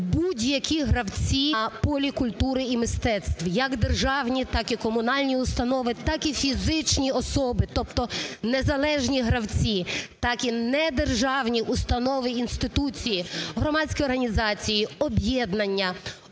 будь-які гравці на полі культури і мистецтва як державні, так і комунальні установи, так і фізичні особи. Тобто незалежні гравці, так і недержавні установи, інституції, громадські організації, об'єднання,